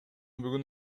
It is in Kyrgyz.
бүгүн